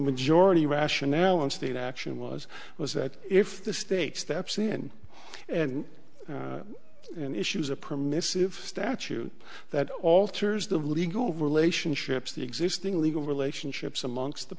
majority rationale and state action was was that if the state steps in and issues a permissive statute that alters the legal relationships the existing legal relationships amongst the